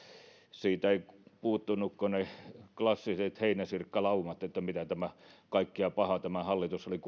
siitä ei puuttunut kuin ne klassiset heinäsirkkalaumat että mitä kaikkea pahaa tämä hallitus oli